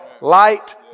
light